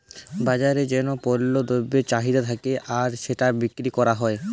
বাজারে যেই পল্য দ্রব্যের চাহিদা থাক্যে আর সেটা বিক্রি ক্যরা হ্যয়